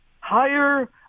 Higher